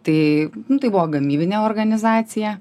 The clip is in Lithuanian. tai nu tai buvo gamybinė organizacija